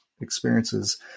experiences